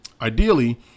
Ideally